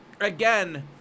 again